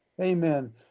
Amen